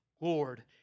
Lord